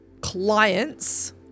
clients